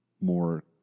more